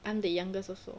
I'm the youngest also